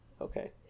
Okay